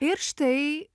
ir štai